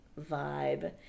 vibe